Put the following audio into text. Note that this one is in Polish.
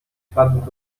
śladów